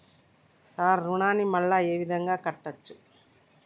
Sir రుణాన్ని మళ్ళా ఈ విధంగా కట్టచ్చా?